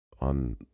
on